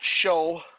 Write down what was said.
show